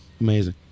Amazing